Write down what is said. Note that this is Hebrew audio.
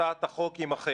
להצעת החוק, בסופו יבוא: